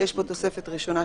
יש פה תוספת ראשונה,